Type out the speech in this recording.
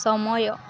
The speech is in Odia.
ସମୟ